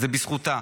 זה בזכותה.